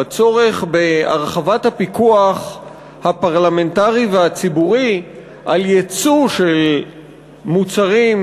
בצורך בהרחבת הפיקוח הפרלמנטרי והציבורי על היצוא של מוצרים,